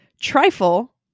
trifle